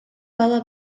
бала